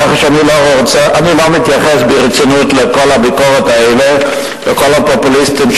ככה שאני לא מתייחס ברצינות לכל הביקורות האלה ולכל הפופוליסטים,